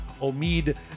Omid